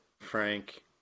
Frank